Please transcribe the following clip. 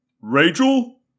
Rachel